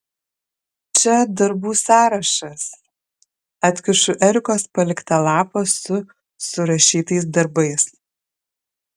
čia darbų sąrašas atkišu erikos paliktą lapą su surašytais darbais